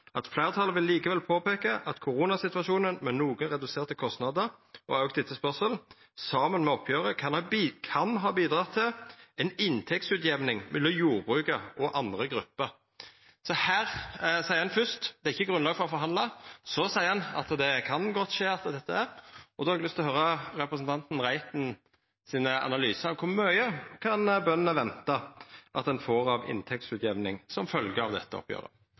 vil likevel påpeke at koronasituasjonen, med noen reduserte kostnader og økt etterspørsel, sammen med oppgjøret kan ha bidratt til en inntektsutjevning mellom jordbruket og andre grupper.» Her seier ein først at det ikkje er grunnlag for å forhandla, og så seier ein at det kan godt vera at det er slik som dette. Då har eg lyst til å høyra representanten Reiten sin analyse: Kor mykje kan bøndene venta å få i inntektsutjamning som følgje av dette